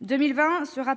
2020 sera